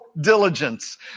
diligence